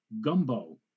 gumbo